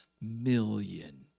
million